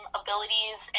abilities